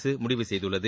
அரசு முடிவு செய்துள்ளது